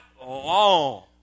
long